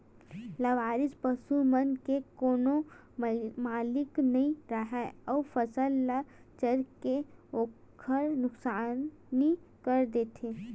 लवारिस पसू मन के कोनो मालिक नइ राहय अउ फसल ल चर के ओखर नुकसानी कर देथे